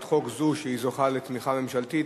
חוק זו, שזוכה לתמיכה ממשלתית.